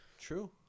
True